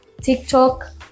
TikTok